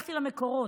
הלכתי למקורות.